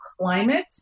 climate